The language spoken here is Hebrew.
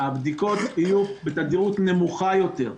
שהבדיקות יהיו בתדירות נמוכה יותר.